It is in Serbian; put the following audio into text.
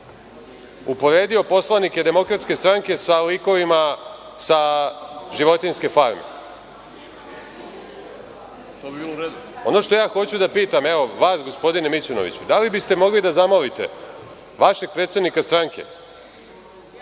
uporedio poslanike DS sa likovima iz „Životinjske farme“?Ono što ja hoću da pitam vas, gospodine Mićunoviću, da li biste mogli da zamolite vašeg predsednika stranke